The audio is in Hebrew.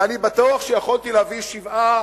ואני בטוח שיכולתי להביא שבעה